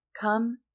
come